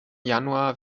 januar